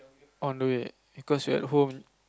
on the way because you're at home